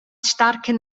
starken